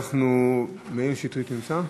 מאיר שטרית נמצא?